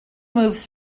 moves